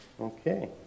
Okay